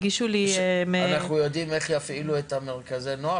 הגישו לי --- אנחנו יודעים איך יפעילו את מרכזי הנוער?